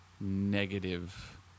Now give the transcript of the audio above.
negative